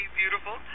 beautiful